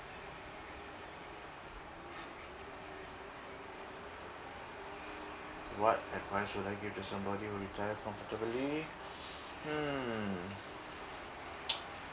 what advice would I give to somebody to retire comfortably hmm